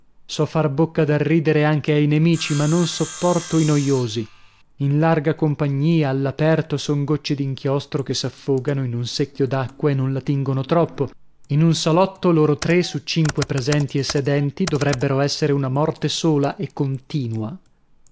so far bocca da ridere anche ai nemici ma non sopporto i noiosi in larga compagnia all'aperto son gocce d'inchiostro che s'affogano in un secchio d'acqua e non la tingono troppo in un salotto loro tre su cinque presenti e sedenti dovrebbero essere una morte sola e continua